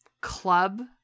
club